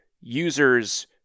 users